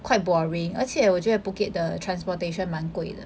quite boring 而且我觉得 Phuket 的 transportation 蛮贵的